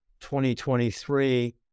2023